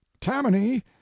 tammany